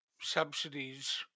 subsidies